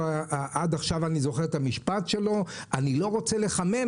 עד עכשיו אני זוכר את המשפט שלו: אני לא רוצה לחמם,